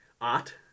art